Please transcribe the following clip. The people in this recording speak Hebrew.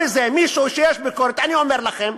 מישהו שיש לו ביקורת, אני אומר לכם,